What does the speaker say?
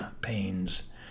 pains